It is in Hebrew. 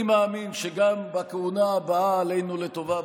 אני מאמין שגם בכהונה הבאה עלינו לטובה,